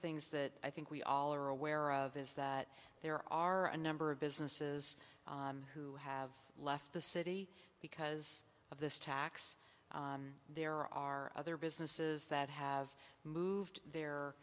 things that i think we all are aware of is that there are a number of businesses who have left the city because of this tax there are other businesses that have moved the